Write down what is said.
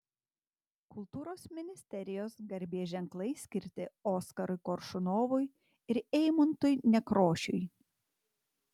kultūros ministerijos garbės ženklai skirti oskarui koršunovui ir eimuntui nekrošiui